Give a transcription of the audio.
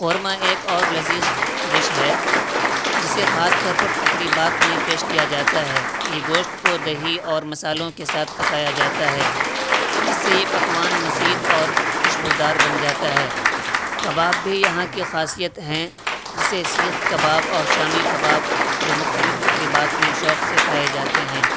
قورمہ ایک اور لذیذ ڈش ہے جسے خاص طور پر تقریبات میں پیش کیا جاتا ہے یہ گوشت کو دہی اور مسالوں کے ساتھ پکایا جاتا ہے جس سے یہ پکوان مزید اور خوشبودار بن جاتا ہے کباب بھی یہاں کی خاصیت ہیں جسے سیخ کباب اور شامی کباب جو مختلف تقریبات میں شوق سے کھائے جاتے ہیں